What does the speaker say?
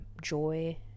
joy